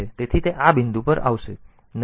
તેથી તે આ બિંદુ પર આવશે